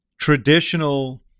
traditional